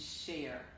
share